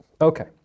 okay